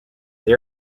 they